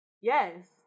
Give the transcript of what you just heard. Yes